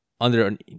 underneath